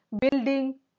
building